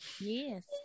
yes